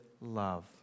love